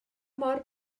mor